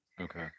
Okay